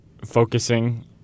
focusing